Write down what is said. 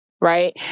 right